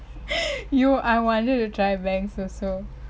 you I wanted to try bangs also